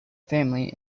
family